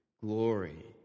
glory